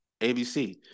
ABC